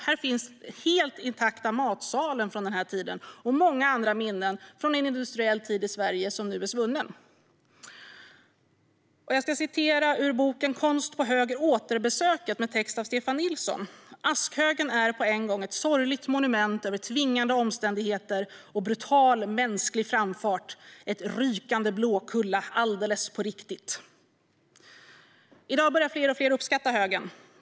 Här finns den helt intakta matsalen från förr i tiden och många andra minnen från en industriell tid i Sverige som nu är svunnen. Jag läser ur boken Konst på hög - återbesökt med text av Stefan Nilsson: Askhögen är på en gång ett sorgligt monument över tvingande omständigheter och brutal mänsklig framfart, ett rykande Blåkulla alldeles på riktigt. I dag börjar fler och fler uppskatta högen.